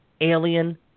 alien